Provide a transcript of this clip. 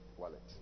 Wallet